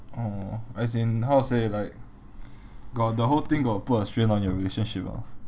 oh as in how to say like got the whole thing got put a strain on your relationship ah